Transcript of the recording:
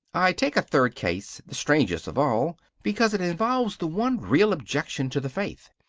i take a third case the strangest of all, because it involves the one real objection to the faith.